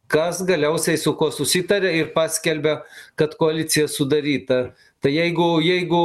kas galiausiai su kuo susitaria ir paskelbia kad koalicija sudaryta tai jeigu jeigu